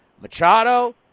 Machado